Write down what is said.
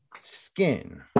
Skin